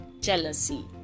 jealousy